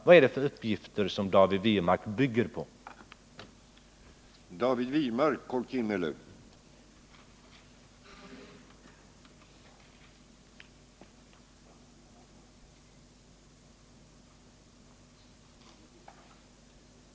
På vilka uppgifter bygger David Wirmark sitt påstående?